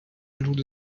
люди